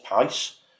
pace